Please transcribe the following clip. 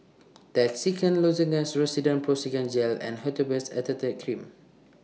Trachisan Lozenges Rosiden Piroxicam Gel and Hydrocortisone Acetate Cream